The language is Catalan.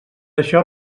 això